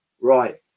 Right